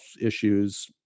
issues